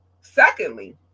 secondly